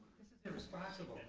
this is irresponsible.